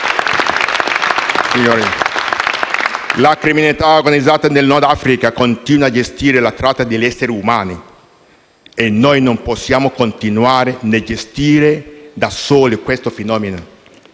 La criminalità organizzata nel Nord Africa continua a gestire la tratta degli esseri umani e noi non possiamo continuare né a gestire da soli questo fenomeno,